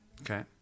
Okay